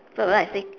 so I say